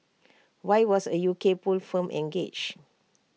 why was A U K poll firm engaged